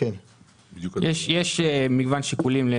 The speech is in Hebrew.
יש מגוון שיקולים.